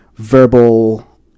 Verbal